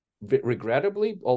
regrettably